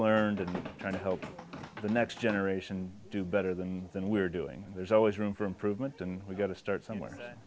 learned and trying to help the next generation do better than than we're doing there's always room for improvement and we've got to start somewhere